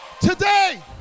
Today